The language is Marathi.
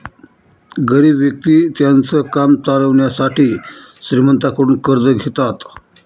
गरीब व्यक्ति त्यांचं काम चालवण्यासाठी श्रीमंतांकडून कर्ज घेतात